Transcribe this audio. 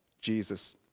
Jesus